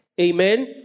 Amen